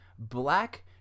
black